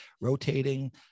rotating